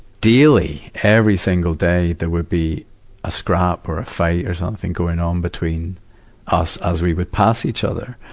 daily, every single day, there would be a scrap or a fight or something going on between us, as we would pass each other.